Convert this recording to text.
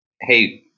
Hey